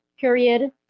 period